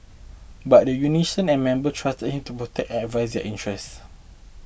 but the union and member trusted him to protect advance their interests